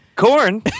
corn